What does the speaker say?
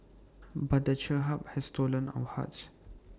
but the cherub has stolen our hearts